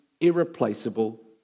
irreplaceable